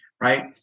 right